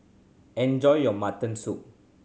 enjoy your mutton soup